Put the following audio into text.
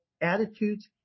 attitudes